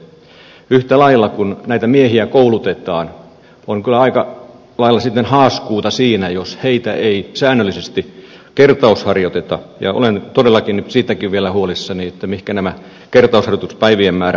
yhtä lailla kun näitä miehiä koulutetaan on kyllä aika lailla haaskuuta siinä jos heitä ei säännöllisesti kertausharjoiteta ja olen todellakin siitäkin vielä huolissani mihin kertausharjoituspäivien määrä putoaa